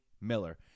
Miller